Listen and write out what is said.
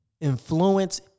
influence